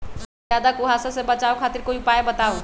ज्यादा कुहासा से बचाव खातिर कोई उपाय बताऊ?